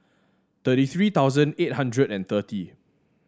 thirty three thousand eight hundred and thirty